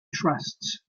trusts